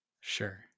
Sure